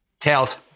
Tails